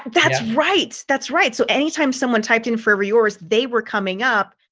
that's right. that's right. so anytime someone typed in for yours, they were coming up.